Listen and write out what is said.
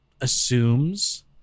assumes